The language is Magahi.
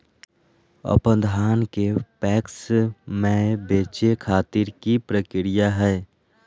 अपन धान के पैक्स मैं बेचे खातिर की प्रक्रिया हय?